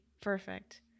perfect